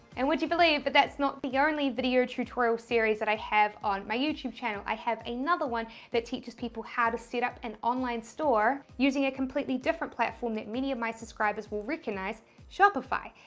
and would you believe that but that's not the only video tutorial series that i have on my youtube channel. i have another one that teaches people how to set up an online store using a completely different platform that many of my subscribers will recognize, shopify.